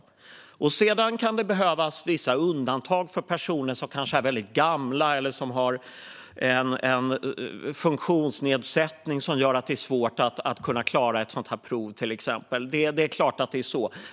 Vissa undantag kan behövas för personer som kanske är väldigt gamla eller som har en funktionsnedsättning som gör det svårt att kunna klara ett sådant prov, till exempel. Det är klart att det är så.